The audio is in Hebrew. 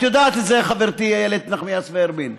את יודעת את זה, חברתי איילת נחמיאס ורבין.